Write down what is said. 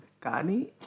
Kani